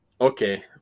Okay